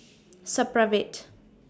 Supravit